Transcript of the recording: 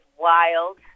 wild